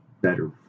better